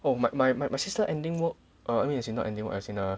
well my my my my sister ending work err I mean as in not ending work as in err